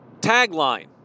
tagline